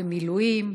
במילואים,